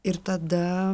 ir tada